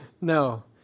No